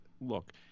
look